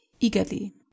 eagerly